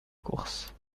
course